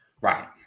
Right